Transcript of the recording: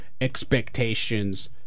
Expectations